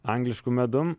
anglišku medum